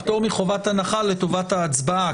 פטור מחובת הנחה לטובת ההצבעה,